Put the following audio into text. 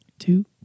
Two